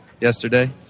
yesterday